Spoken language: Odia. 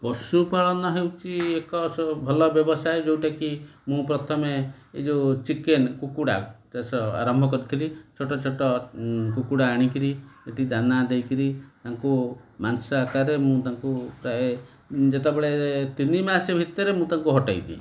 ପଶୁପାଳନ ହେଉଛି ଏକ ଭଲ ବ୍ୟବସାୟ ଯେଉଁଟାକି ମୁଁ ପ୍ରଥମେ ଏ ଯେଉଁ ଚିକେନ୍ କୁକୁଡ଼ା ଚାଷ ଆରମ୍ଭ କରିଥିଲି ଛୋଟ ଛୋଟ କୁକୁଡ଼ା ଆଣିକରି ଏଠି ଦାନା ଦେଇକରି ତାଙ୍କୁ ମାଂସ ଆକାରରେ ମୁଁ ତାଙ୍କୁ ପ୍ରାୟ ଯେତେବେଳେ ତିନି ମାସ ଭିତରେ ମୁଁ ତାଙ୍କୁ ହଟାଇଦିଏ